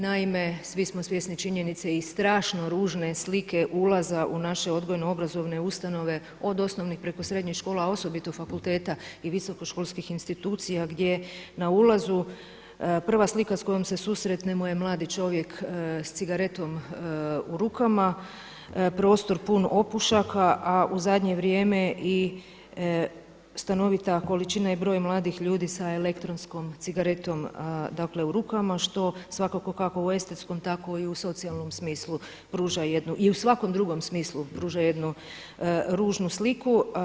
Naime, svi smo svjesni činjenice i strašno ružne slike ulaza u naše odgojno-obrazovne ustanove od osnovnih preko srednjih škola, a osobito fakulteta i visokoškolskih institucija gdje na ulazu prva slika sa kojom se susretnemo je mladi čovjek sa cigaretom u rukama, prostor pun opušaka, a u zadnje vrijeme i stanovita količina i broj mladih ljudi sa elektronskom cigaretom, dakle u rukama što svakako kako u estetskom, tako i u socijalnom smislu pruža jednu i u svakom drugom smislu pruža jednu ružnu sliku.